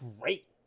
great